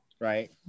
Right